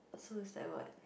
so is like what